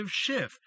Shift